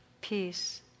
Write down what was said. Peace